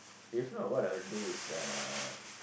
if not what I will do is uh